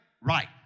right